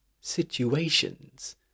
situations